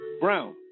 Brown